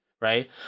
Right